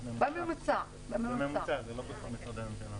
בממוצע, זה לא בכל משרדי הממשלה.